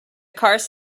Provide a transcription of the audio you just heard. car’s